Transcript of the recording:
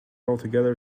altogether